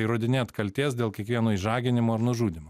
įrodinėt kaltės dėl kiekvieno išžaginimo ar nužudymo